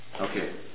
Okay